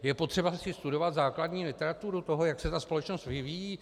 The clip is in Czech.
Je potřeba si studovat základní literaturu toho, jak se společnost vyvíjí.